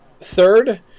Third